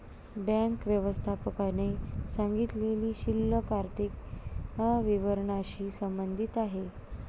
bank व्यवस्थापकाने सांगितलेली शिल्लक आर्थिक विवरणाशी संबंधित आहे